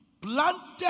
planted